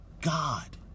God